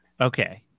Okay